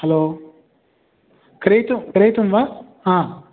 hello क्रेतुं क्रेतुं वा हा